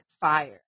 Fire